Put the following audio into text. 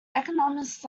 economists